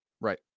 Right